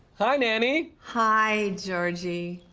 hi nanny. hi georgie.